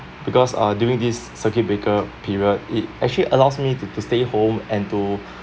because uh during this circuit breaker period it actually allows me to to stay home and to